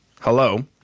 hello